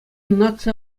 наци